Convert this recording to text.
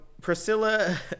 Priscilla